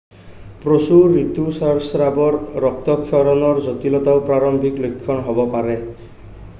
প্ৰচুৰ ঋতুস্ৰাৱৰ ৰক্তক্ষৰণৰ জটিলতাও প্ৰাৰম্ভিক লক্ষণ হ'ব পাৰে